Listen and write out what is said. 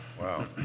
Wow